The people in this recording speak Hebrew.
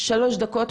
שלוש דקות,